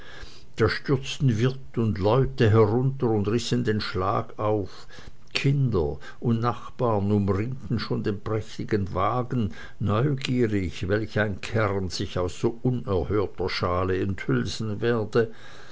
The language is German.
da stürzten wirt und leute herunter und rissen den schlag auf kinder und nachbarn umringten schon den prächtigen wagen neugierig welch ein kern sich aus so unerhörter schale enthülsen werde